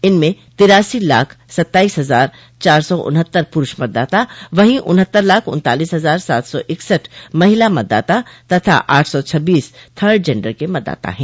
इनमें तिरासी लाख सत्ताईस हजार चार सौ उन्हत्तर पुरूष मतदाता वहीं उन्हत्तर लाख उन्तालीस हजार सात सौ इकसठ महिला मतदाता तथा आठ सौ छब्बीस थर्ड जेंडर के मतदाता है